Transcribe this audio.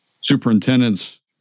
superintendents